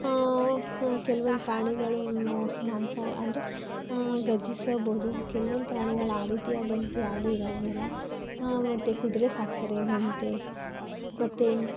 ಕೆಲವೊಂದು ಪ್ರಾಣಿಗಳು ಮಾಂಸ ಅಂದರೆ ಘರ್ಜಿಸಬಹುದು ಕೆಲ್ವೊಂದು ಪ್ರಾಣಿಗಳು ಆ ರೀತಿಯಾದಂತೆ ಯಾವುದೂ ಇರೋದಿಲ್ಲ ಮತ್ತೆ ಕುದುರೆ ಸಾಕ್ತಾರೆ ಒಂಟೆ ಮತ್ತೆ